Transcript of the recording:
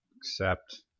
Accept